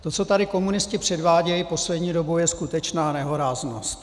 To, co tady komunisti předvádějí poslední dobou, je skutečná nehoráznost.